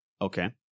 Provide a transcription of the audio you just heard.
Okay